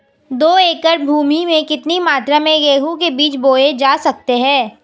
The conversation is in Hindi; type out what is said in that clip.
दो एकड़ भूमि में कितनी मात्रा में गेहूँ के बीज बोये जा सकते हैं?